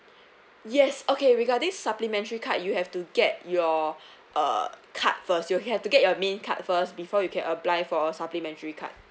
yes okay regarding supplementary card you have to get your uh card first you have to get your main card first before you can apply for supplementary card